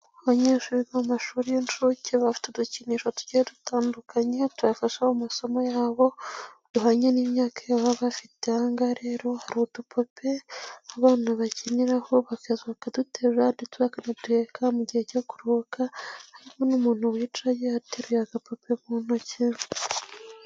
Abanyeshuri bo mu mashuri y'incuke bafite udukinisho tugiye dutandukanye tubafasha mu masomo yabo duhwanye n'imyaka baba bafite, ahangaha rero hari udupupe abana bakiniraho bakaza bakaduterura ndetse bakanaduheka mu gihe cyo kuruhuka, harimo n'umuntu wica ateruye agapupe mu ntoki.